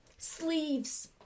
Sleeves